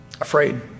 afraid